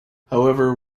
however